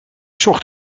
zocht